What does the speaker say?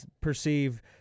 perceive